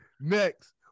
Next